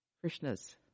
Krishna's